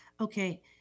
Okay